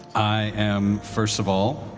i am, first of all,